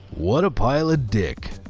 what a pile of dick.